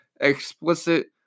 explicit